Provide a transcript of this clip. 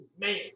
man